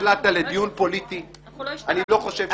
-- צר לי שנקלעת לדיון פוליטי -- אנחנו לא השתלחנו בו.